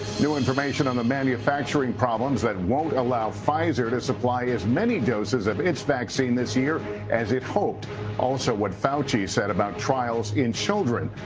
new information on the manufacturing problems that won't allow pfizer to supply as many doses of its vaccine this year as it hoped and what fauci said about trials in children.